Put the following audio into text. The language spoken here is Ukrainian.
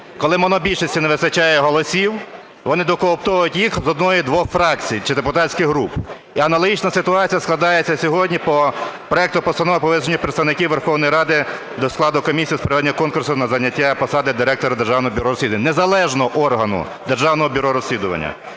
Коли монобільшості не вистачає голосів, вони докооптовують їх з одної-двох фракцій чи депутатських груп. І аналогічна ситуація складається сьогодні про проекту Постанови про визначення представників Верховної Ради до складу комісії з проведення конкурсу на зайняття посади Директора Державного бюро розслідувань, незалежного органу - Державного бюро розслідувань.